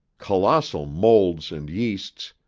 colossal molds and yeasts,